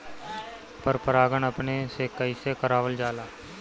पर परागण अपने से कइसे करावल जाला?